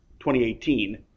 2018